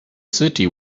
city